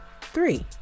three